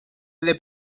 alle